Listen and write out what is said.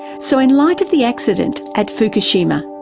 so in light of the accident at fukushima,